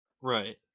Right